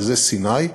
שזה סיני,